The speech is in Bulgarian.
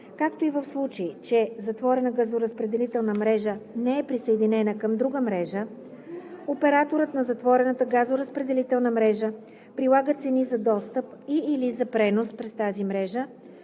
както и в случай че затворена газоразпределителна мрежа не е присъединена към друга мрежа, операторът на затворената газоразпределителна мрежа прилага цени за достъп и/или за пренос през тази мрежа,